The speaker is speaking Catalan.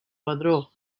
padró